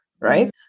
right